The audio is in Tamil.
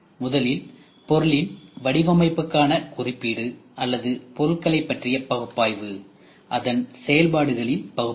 முதலில் பொருளின் வடிவமைப்புக்கான குறிப்பீடு அடுத்து பொருட்களைப் பற்றிய பகுப்பாய்வு அதன் செயல்பாடுகளின் பகுப்பாய்வு